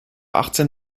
achtzehn